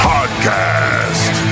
Podcast